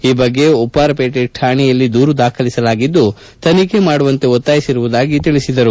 ಈ ಬಗ್ಗೆ ಉಪ್ಪಾರಪೇಟೆ ಶಾಣೆಯಲ್ಲಿ ದೂರು ದಾಖಲಿಸಿದ್ದು ತನಿಖೆ ಮಾಡುವಂತೆ ಒತ್ತಾಯಿಸಿರುವುದಾಗಿ ತಿಳಿಸಿದರು